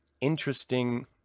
Interesting